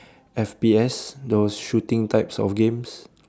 F_P_S those shooting types of games